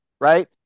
right